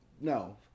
No